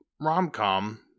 Rom-com